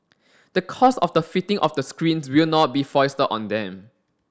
the cost of the fitting of the screens will not be foisted on them